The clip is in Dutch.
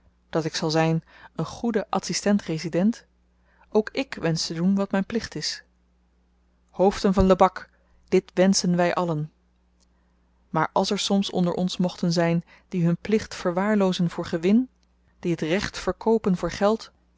dat ik zal zyn een goed adsistent resident ook ik wensch te doen wat myn plicht is hoofden van lebak dit wenschen wy allen maar als er soms onder ons mochten zyn die hun plicht verwaarloozen voor gewin die het recht verkoopen voor geld